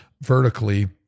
vertically